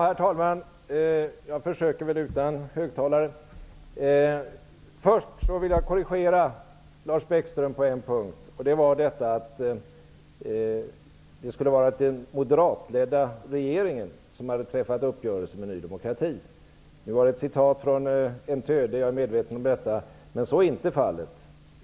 Herr talman! Först vill jag korrigera Lars Tobisson på en punkt, nämligen att det skulle ha varit den moderatledda regeringen som hade träffat uppgörelse med Ny demokrati. Jag är medveten om att citatet var från NT, men det var ändå inte så.